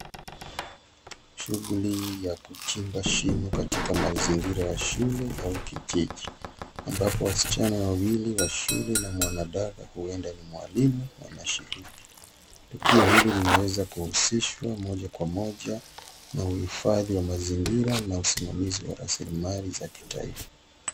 Shughuli ya kuchimba shimo katika mazingira ya shule au kijiji, ambapo wasichana wawili wa shule na mwanadada huenda mwalimu wanashiriki. Tukio hili linaweza kuwausishwa moja kwa moja na uhifadhi wa mazingira na usimamizi wa rasilimali za.